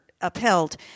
upheld